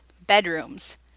bedrooms